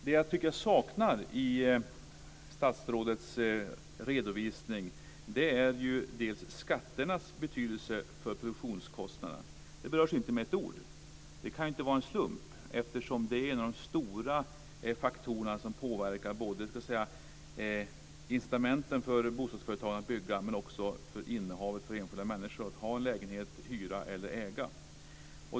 Det jag tycker att jag saknar i statsrådets redovisning är bl.a. skatternas betydelse för produktionskostnaderna. De berörs inte med ett ord. Det kan inte vara en slump, eftersom detta är en av de stora faktorerna. Den påverkar både incitamenten för bostadsföretagen att bygga och innehavet för enskilda människor, att ha en lägenhet att hyra eller äga.